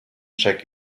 check